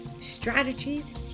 strategies